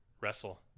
Wrestle